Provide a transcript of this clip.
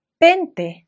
pente